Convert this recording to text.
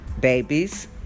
babies